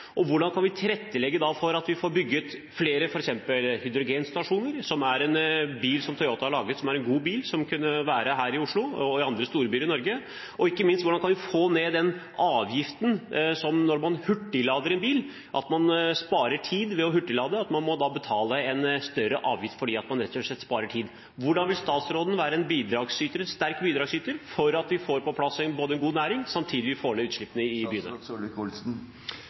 rammebetingelser. Hvordan kan vi tilrettelegge, slik at vi får bygd f.eks. flere hydrogenstasjoner? Toyota har laget en god bil som man kunne kjøre her i Oslo og i andre storbyer i Norge. Og ikke minst: Hvordan kan vi få ned avgiften man betaler når man hurtiglader en bil? Man sparer tid ved å hurtiglade, men man må betale en større avgift fordi man rett og slett sparer tid. Hvordan vil statsråden være en sterk bidragsyter, slik at vi får på plass en god næring og samtidig får ned utslippene i byene?